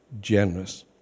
generous